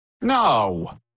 No